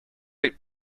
eight